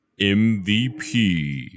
MVP